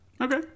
Okay